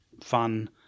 fun